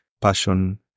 passion